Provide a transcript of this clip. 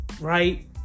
Right